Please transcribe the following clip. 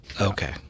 okay